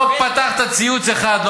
לא פתחת ציוץ אחד,